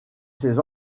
ses